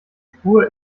spur